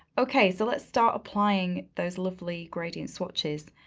okay, so let's start applying those lovely gradient swatches.